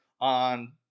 On